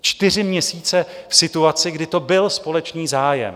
Čtyři měsíce v situaci, kdy to byl společný zájem.